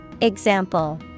Example